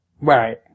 Right